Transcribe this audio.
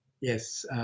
Yes